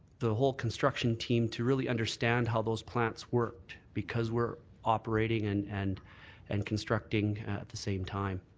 the whole construction team to really understand how those plants worked. because we're operating and and and constructing at the same time.